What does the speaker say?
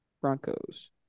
Broncos